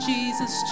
Jesus